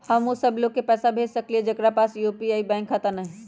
हम उ सब लोग के पैसा भेज सकली ह जेकरा पास यू.पी.आई बैंक खाता न हई?